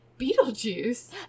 Beetlejuice